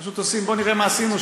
פשוט עושים: בוא נראה מה עשינו,